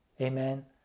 Amen